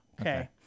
Okay